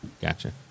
Gotcha